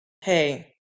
hey